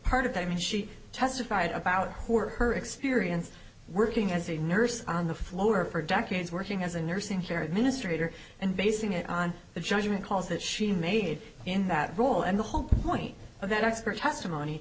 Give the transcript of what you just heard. part of that i mean she testified about her experience working as a nurse on the floor for decades working as a nurse in hair administrator and basing it on the judgement calls that she made in that role and the whole point of that expert testimony